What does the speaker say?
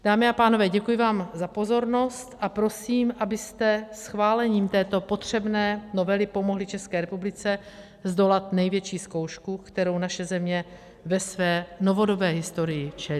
Dámy a pánové, děkuji vám za pozornost a prosím, abyste schválením této potřebné novely pomohli České republice zdolat největší zkoušku, které naše země ve své novodobé historii čelí.